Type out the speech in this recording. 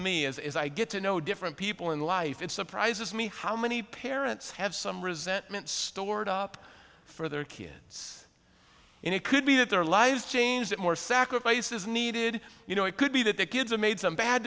me is i get to know different people in life it surprises me how many parents have some resentment stored up for their kids and it could be that their lives change that more sacrifice is needed you know it could be that the kids have made some bad